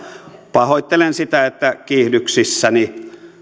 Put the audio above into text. pahoittelen sitä että kiihdyksissäni